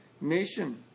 nation